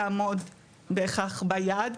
לעמוד בכך ביעד,